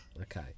Okay